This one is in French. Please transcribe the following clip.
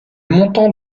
montant